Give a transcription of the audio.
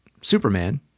superman